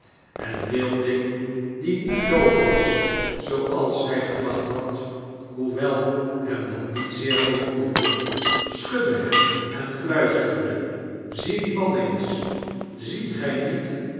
en wilding die niet dood was zooals hy gedacht had noewel hem dat niet zeer verwonderde schudde hem en fluisterde zie dien man eens ziet gy niet